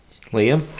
Liam